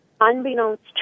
unbeknownst